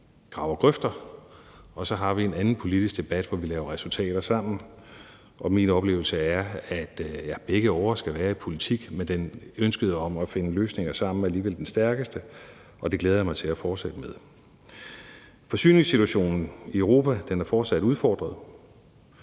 graver grøfter, og så har vi en anden politisk debat, hvor vi laver resultater sammen, og min oplevelse er, at begge årer skal være i politik, men at ønsket om at finde løsninger sammen alligevel er den stærkeste åre, og det glæder jeg mig til at fortsætte med. Forsyningssituationen i Europa er fortsat udfordret.